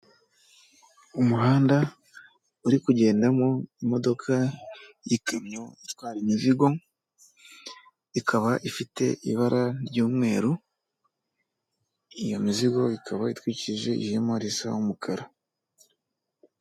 Umuhanda uri kugendamo imodoka y'ikamyo itwara imizigo, ikaba ifite ibara ry'umweru, iyo mizigo ikaba itwikije ihema risa umukara.